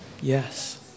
Yes